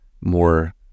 more